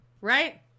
right